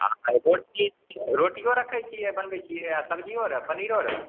आ रोटी रोटियो रखैत छियै बनबैत छियै आ सब्जियो आर पनीरो आर